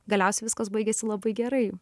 galiausiai viskas baigėsi labai gerai